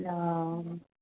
औ